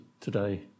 today